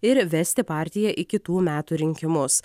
ir vesti partiją į kitų metų rinkimus